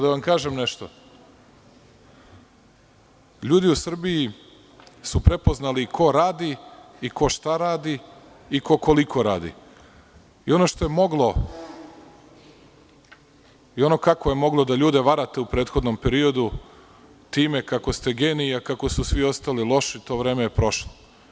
Da vam kažem nešto – ljudi u Srbiji su prepoznali ko radi i ko šta radi i ko koliko radi i ono što je moglo i ono kako je moglo da ljude varate u prethodnom periodu time kako ste genije, kako su svi ostali loši, to vreme je prošlo.